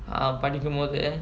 ah படிக்க மோது:padikka mothu